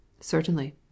Certainly